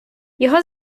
його